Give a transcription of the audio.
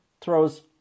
throws